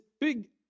big